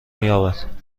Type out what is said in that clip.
مییابد